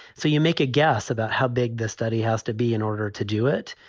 so you make a guess about how big this study has to be in order to do it.